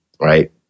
Right